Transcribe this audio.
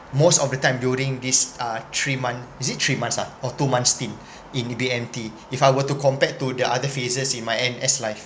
most of the time during these uh three month is it three months ah or two months stint into the B_M_T if I were to compared to the other phases in my N_S life